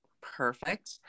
Perfect